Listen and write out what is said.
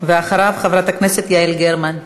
ואחריו, חברת הכנסת יעל גרמן.